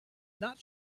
not